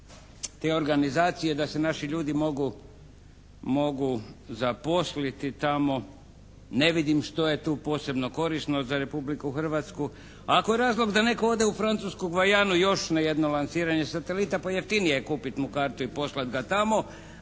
te organizacije da se naši ljudi mogu zaposliti tamo, ne vidim što je tu posebno korisno za Republiku Hrvatsku? Ako je razlog da netko ode u Francusku Gvajanu još na jedno lansiranje satelita pa jeftinije je kupiti mu kartu i poslati ga tamo,